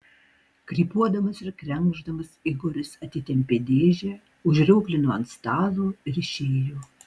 krypuodamas ir krenkšdamas igoris atitempė dėžę užrioglino ant stalo ir išėjo